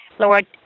Lord